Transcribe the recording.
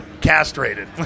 castrated